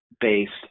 based